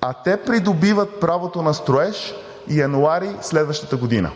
а те придобиват правото на строеж месец януари следващата година.